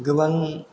गोबां